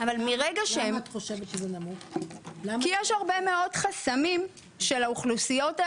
ולכן ככל שאתה נמצא תחת משרד אחד שהוא סגור אל אותה אוכלוסייה,